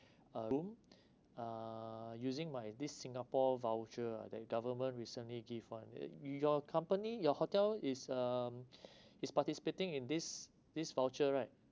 a room uh using my this singapore voucher that government recently give [one] your company your hotel is um is participating in this this voucher right